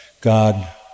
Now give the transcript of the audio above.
God